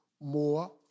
more